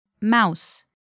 Mouse